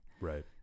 right